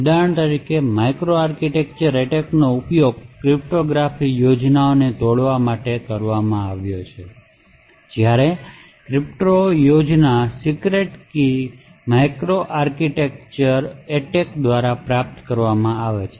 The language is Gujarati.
ઉદાહરણ તરીકે માઇક્રો આર્કિટેક્ચરલ એટેકનો ઉપયોગ ક્રિપ્ટોગ્રાફિક યોજનાઓને તોડવા માટે કરવામાં આવ્યો છે જ્યાં ક્રિપ્ટો યોજનાની secret key micro architectural attack દ્વારા પ્રાપ્ત કરવામાં આવે છે